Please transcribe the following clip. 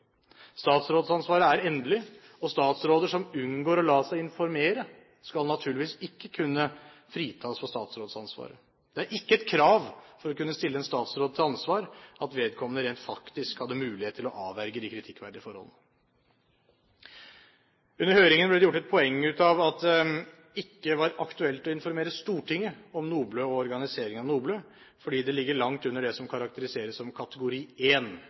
Statsrådsansvaret er endelig, og statsråder som unngår å la seg informere, skal naturligvis ikke kunne fritas for statsrådsansvaret. Det er ikke et krav for å kunne stille en statsråd til ansvar at vedkommende rent faktisk hadde mulighet til å avverge de kritikkverdige forholdene. Under høringen ble det gjort et poeng av at det ikke var aktuelt å informere Stortinget om NOBLE og organiseringen av NOBLE fordi det ligger langt under det som karakteriseres som kategori